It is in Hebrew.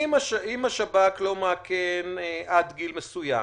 אם השב"כ לא מאכן עד גיל מסוים,